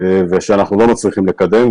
ואנחנו לא מצליחים לקדם.